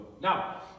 Now